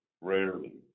rarely